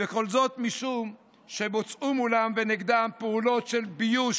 כל זאת משום שבוצעו מולם ונגדם פעולות של ביוש,